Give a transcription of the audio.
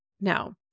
Now